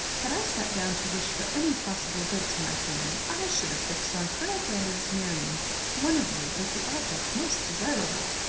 had i sat down to wish for any possible good to my family, i should have fixed on colonel brandon's marrying one of you as the object most desirable.